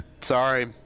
Sorry